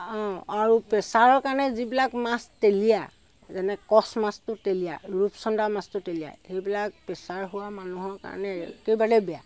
প্ৰেছাৰৰ কাৰণে যিবিলাক মাছ তেলীয়া যেনে কছ মাছটো তেলীয়া ৰূপচন্দা মাছটো তেলীয়া সেইবিলাক প্ৰেছাৰ হোৱা মানুহৰ কাণে একেবাৰেই বেয়া